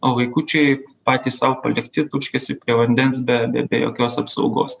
o vaikučiai patys sau palikti turškiasi prie vandens be be be jokios apsaugos